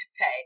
pay